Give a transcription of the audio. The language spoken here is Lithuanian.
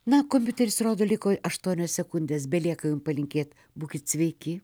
na kompiuteris rodo liko aštuonios sekundės belieka palinkėti būkit sveiki